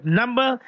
number